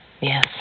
Yes